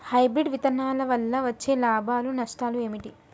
Hybrid విత్తనాల వల్ల వచ్చే లాభాలు నష్టాలు ఏమిటి?